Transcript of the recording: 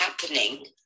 happening